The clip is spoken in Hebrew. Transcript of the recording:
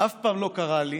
אף פעם לא קרה לי